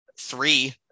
three